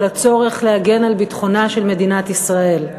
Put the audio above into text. על הצורך להגן על ביטחונה של מדינת ישראל.